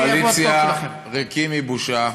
וספסלי הקואליציה ריקים מבושה,